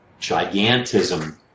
gigantism